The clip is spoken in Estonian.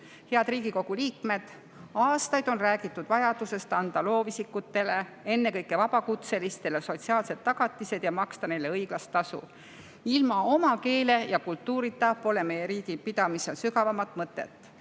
Head Riigikogu liikmed! Aastaid on räägitud vajadusest anda loovisikutele, ennekõike vabakutselistele, sotsiaalsed tagatised ja maksta neile õiglast tasu. Ilma oma keele ja kultuurita pole meie riigi pidamisel sügavamat mõtet.